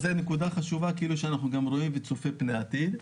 זו נקודה חשובה שאנחנו רואים והיא צופה פני עתיד.